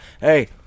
Hey